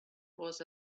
was